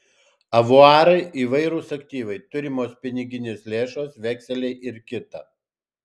avuarai įvairūs aktyvai turimos piniginės lėšos vekseliai ir kita